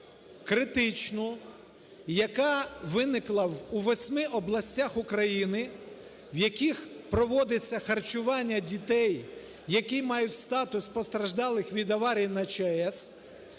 критичну. Яка виникла у восьми областях України, в яких проводиться харчування дітей, які мають статус постраждалих від аварії на ЧАЕС,